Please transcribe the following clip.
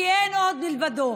כי אין עוד מלבדו.